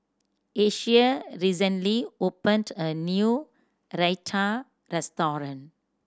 Asia recently opened a new Raita restaurant